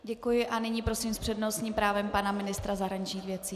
Děkuji a nyní prosím s přednostním právem pana ministra zahraničních věcí.